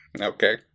Okay